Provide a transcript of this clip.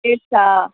రేట్సా